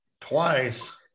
twice